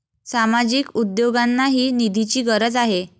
सामाजिक उद्योगांनाही निधीची गरज आहे